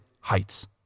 heights